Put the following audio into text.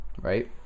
Right